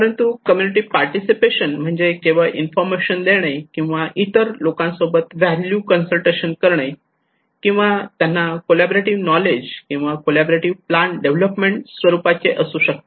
परंतु community participation म्हणजे केवळ इन्फॉर्मेशन देणे किंवा इतर लोकांसोबत व्हॅल्यू कन्सल्टेशन करणे किंवा त्यांना कॉलॅबोरेटीव्ह नॉलेज किंवा कॉलॅबोरेटीव्ह प्लान डेव्हलपमेंट स्वरूपाचे असू शकते